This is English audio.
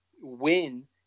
win